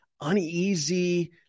uneasy